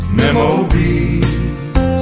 memories